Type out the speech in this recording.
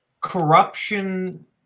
corruption